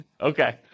Okay